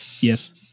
yes